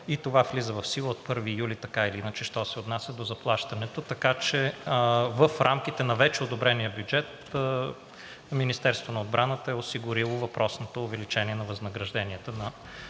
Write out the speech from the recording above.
и това влиза в сила от 1 юли така или иначе, що се отнася до заплащането. Така че в рамките на вече одобрения бюджет Министерството на отбраната е осигурило въпросното увеличение на възнагражденията на